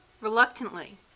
reluctantly